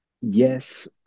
yes